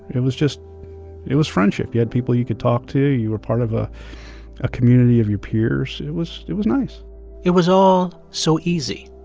it was just it was friendship. you had people you could talk to. you were part of a ah community of your peers. it was it was nice it was all so easy.